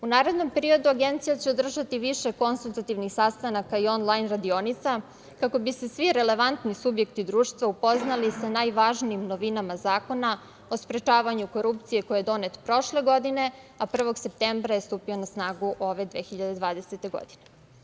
U narednom periodu Agencija će održati više konsultativnih sastanaka i onlajn radionica kako bi se svi relevantni subjekti društva upoznali sa najvažnijim novinama Zakona o sprečavanju korupcije koji je donet prošle godine, a 1. septembra je stupio na snagu ove 2020. godine.